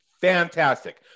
Fantastic